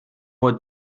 what